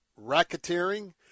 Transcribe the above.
racketeering